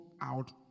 out